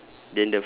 ya